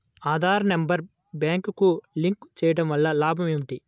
Aadhaar number బ్యాంక్నకు link చేయుటవల్ల లాభం ఏమిటి?